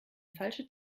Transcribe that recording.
falsche